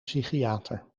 psychiater